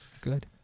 Good